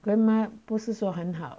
grandma 不是说很好